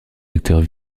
acteurs